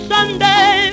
Sunday